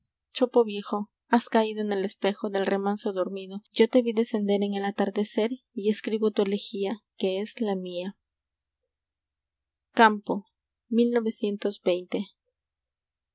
chopo viejo has caído en el espejo del remanso dormido yo te vi descender en el atardecer y escribo tu elegía que es la mía